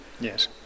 yes